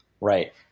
right